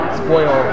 spoil